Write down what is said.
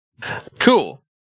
Cool